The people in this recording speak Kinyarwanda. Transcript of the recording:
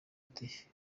ati